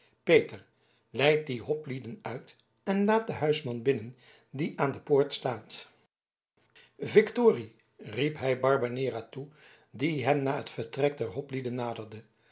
peter leid die hoplieden uit en laat den huisman binnen die aan de poort staat victorie riep hij barbanera toe die hem na het vertrek der hoplieden naderde